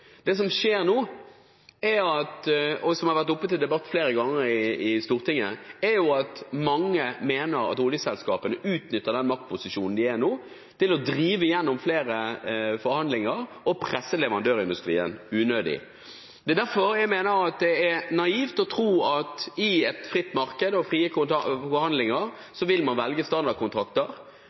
Det som skjer nå, og som har vært oppe til debatt flere ganger i Stortinget, er at mange mener at oljeselskapene utnytter den maktposisjonen de er i nå, til å drive gjennom flere forhandlinger og presse leverandørindustrien unødig. Det er derfor jeg mener det naivt å tro at man i et fritt marked og i frie forhandlinger vil velge standardkontrakter.